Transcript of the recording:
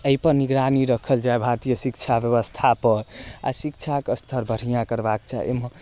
अइपर निगरानी रखल जाय भारतीय शिक्षा व्यवस्थापर आओर शिक्षाके स्तर बढ़िआँ करबाक चाही अइमे